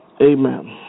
Amen